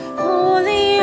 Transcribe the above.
holy